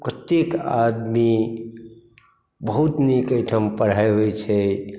कतेक आदमी बहुत नीक एहिठाम पढ़ाइ होइत छै